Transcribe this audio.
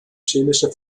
chemische